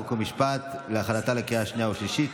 חוק ומשפט לקראת הכנתה לקריאה השנייה והשלישית.